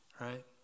right